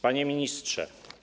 Panie Ministrze!